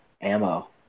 ammo